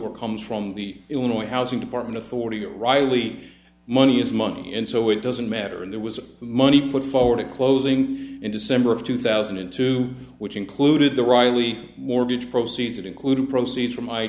or comes from the illinois housing department authority or riley's money is money and so it doesn't matter and there was money put forward a closing in december of two thousand and two which included the riley mortgage proceeds it included proceeds from my